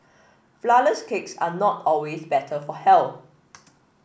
flourless cakes are not always better for health